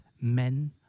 men